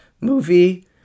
movie